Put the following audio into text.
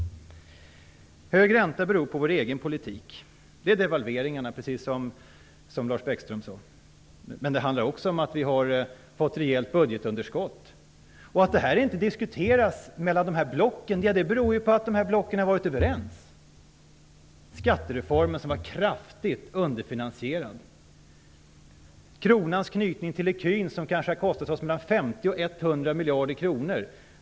Hög ränta beror på vår egen politik. Det är devalveringarnas fel, precis som Lars Bäckström sade. Men det handlar också om att vi har fått ett rejält budgetunderskott. Att detta inte diskuteras mellan blocken beror ju på att blocken har varit överens. Skattereformen var kraftigt underfinansierad. Kronans knytning till ecun har kanske kostat oss 50 100 miljarder kronor.